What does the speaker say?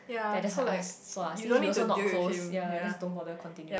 then I just like ask so ah since we also not close ya just don't bother continuing